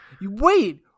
Wait